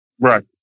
Right